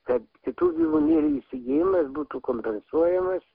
kaip kitų gyvūnėlių įsigijimas būtų kompensuojamas